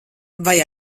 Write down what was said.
vai